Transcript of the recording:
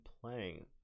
playing